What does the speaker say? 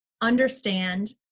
understand